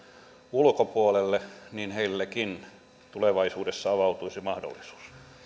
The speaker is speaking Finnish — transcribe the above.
ulkopuolelle tulevaisuudessa avautuisi mahdollisuus